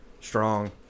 strong